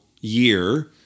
year